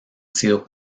sido